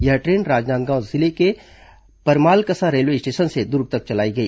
यह ट्रेन राजनांदगांव जिले के परमालकसा रेलवे स्टेशन से दुर्ग तक चलाई गई